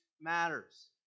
matters